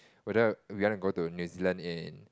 whether we want go to New Zealand in